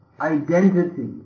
identity